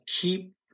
keep